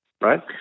right